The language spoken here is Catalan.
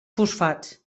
fosfats